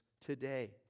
today